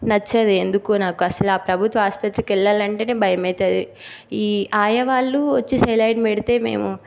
నచ్చదు ఎందుకు నాకు అసలు అ ప్రభుత్వ ఆసుపత్రికి వెళ్ళాలి అంటేనే భయం అవుతుంది ఈ ఆయా వాళ్ళు వచ్చి సెలైన్ పెడితే మేము